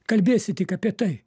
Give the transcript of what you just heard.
kalbėsi tik apie tai